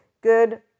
Good